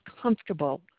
comfortable